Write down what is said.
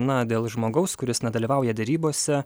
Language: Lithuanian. na dėl žmogaus kuris nedalyvauja derybose